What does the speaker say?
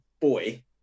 boy